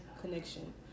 connection